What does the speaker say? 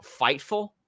Fightful